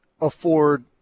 afford